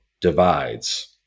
divides